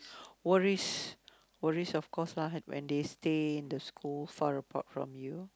worries worries of course lah when they stay in the school far apart from you